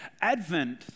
Advent